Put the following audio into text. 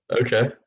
okay